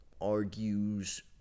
argues